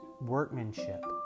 workmanship